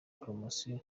poromosiyo